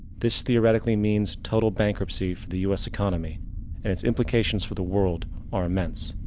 this theoretically means total bankruptcy for the us economy and it's implications for the world are immense.